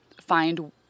find